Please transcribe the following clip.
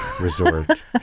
resort